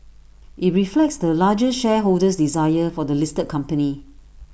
IT reflects the largest shareholder's desire for the listed company